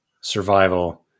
survival